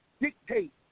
dictate